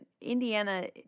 Indiana